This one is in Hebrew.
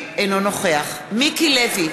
אינו נוכח מיקי לוי,